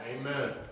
Amen